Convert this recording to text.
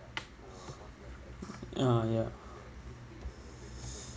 ya ya